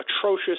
atrocious